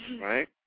right